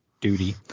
Duty